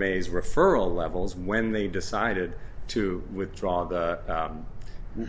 may's referral levels when they decided to withdraw